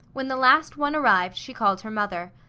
when the last one arrived, she called her mother.